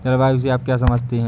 जलवायु से आप क्या समझते हैं?